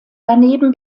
daneben